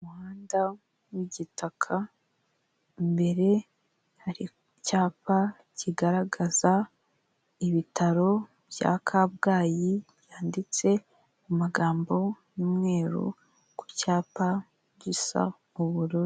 Umuhanda w'igitaka, imbere hari icyapa kigaragaza ibitaro bya Kabgayi byanditse mu magambo y'umweru ku cyapa gisa ubururu.